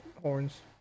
horns